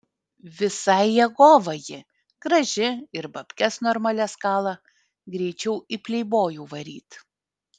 visai jėgova ji graži ir babkes normalias kala greičiau į pleibojų varyt